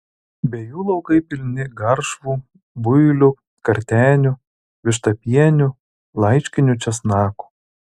be jų laukai pilni garšvų builių kartenių vištapienių laiškinių česnakų